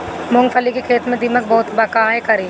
मूंगफली के खेत में दीमक बहुत बा का करी?